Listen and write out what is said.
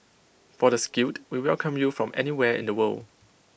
for the skilled we welcome you from anywhere in the world